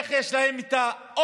איך יש להם את האומץ